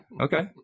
Okay